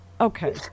Okay